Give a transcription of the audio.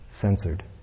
censored